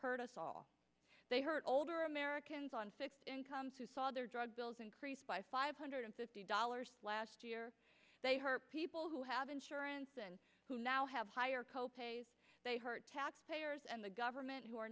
hurt us all they hurt older americans on fixed incomes who saw their drug bills increased by five hundred fifty dollars last year they hurt people who have insurance and who now have higher co pays they hurt taxpayers and the government who are